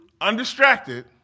Undistracted